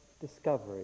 discovery